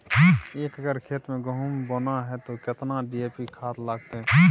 एक एकर खेत मे गहुम बोना है त केतना डी.ए.पी खाद लगतै?